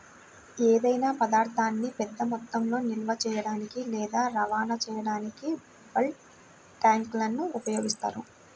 ఏదైనా పదార్థాన్ని పెద్ద మొత్తంలో నిల్వ చేయడానికి లేదా రవాణా చేయడానికి బల్క్ ట్యాంక్లను ఉపయోగిస్తారు